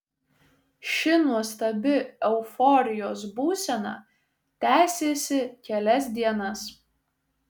ši nuostabi euforijos būsena tęsėsi kelias dienas